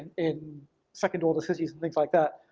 in second, all the cities and things like that,